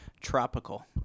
Tropical